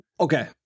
Okay